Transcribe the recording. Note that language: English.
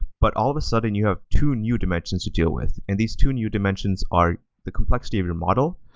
but all of a sudden, you have two new dimensions to deal with. and these two new dimensions are the complexity of your model.